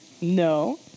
No